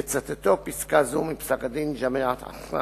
בצטטו פסקה זו מפסק-דין ג'מעית אסכאן,